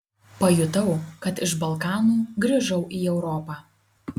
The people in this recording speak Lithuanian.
pajutau kad iš balkanų grįžau į europą